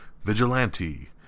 Vigilante